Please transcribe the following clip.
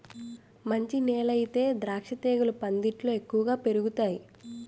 మంచి నేలయితేనే ద్రాక్షతీగలు పందిట్లో ఎక్కువ పెరుగతాయ్